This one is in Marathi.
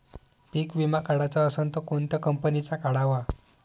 पीक विमा काढाचा असन त कोनत्या कंपनीचा काढाव?